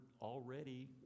already